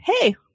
Hey